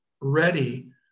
ready